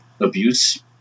abuse